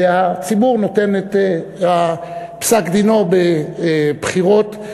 הציבור נותן את פסק-דינו בבחירות,